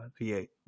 V8